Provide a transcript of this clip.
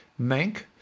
Mank